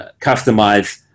Customize